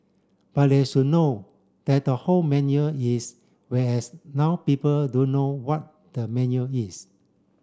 but they should know that the whole menu is whereas now people don't what the menu is